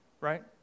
right